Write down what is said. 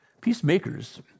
Peacemakers